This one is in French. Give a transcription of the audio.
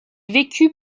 vécut